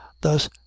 Thus